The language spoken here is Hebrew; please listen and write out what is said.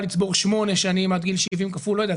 לצבור שמונה שנים עד גיל 70. לא יודע,